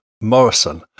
morrison